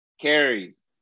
carries